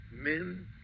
men